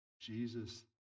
Jesus